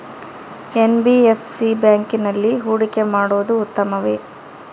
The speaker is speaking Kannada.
ಎನ್.ಬಿ.ಎಫ್.ಸಿ ಬ್ಯಾಂಕಿನಲ್ಲಿ ಹೂಡಿಕೆ ಮಾಡುವುದು ಉತ್ತಮವೆ?